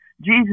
Jesus